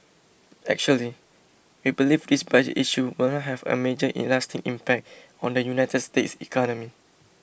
actually we believe this budget issue will not have a major in lasting impact on the United States economy